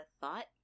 thought